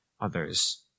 others